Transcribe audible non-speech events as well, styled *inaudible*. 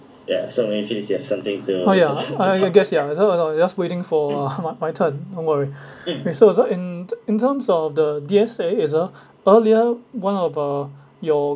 oh ya I am a guest ya just waiting for *noise* my turn don't worry *breath* and so and so in t~ in terms of the D_S_A it's a earlier one of uh your